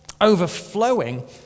overflowing